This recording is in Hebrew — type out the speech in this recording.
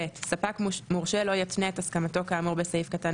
(ב) ספק מורשה לא יתנה את הסכמתו כאמור בסעיף קטן